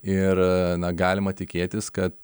ir galima tikėtis kad